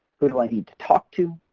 who do i need to talk to?